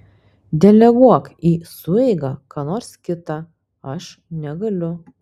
deleguok į sueigą ką nors kitą aš negaliu